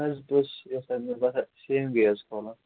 نہ حظ بہٕ حظ چھُس یژھان مےٚ باسان سیٚوِنگٕے حظ کھولُن